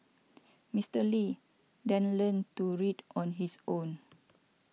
Mister Lee then learnt to read on his own